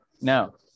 no